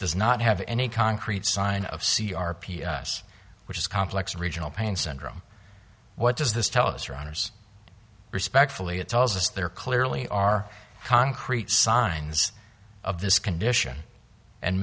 does not have any concrete sign of c r p us which is complex regional pain syndrome what does this tell us runners respectfully it tells us there clearly are concrete signs of this condition and